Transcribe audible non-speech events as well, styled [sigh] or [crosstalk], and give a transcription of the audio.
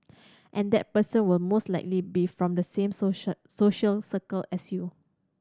and that person will most likely be from the same [unintelligible] social circle as you